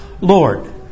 Lord